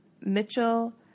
Mitchell